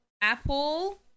Apple